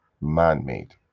man-made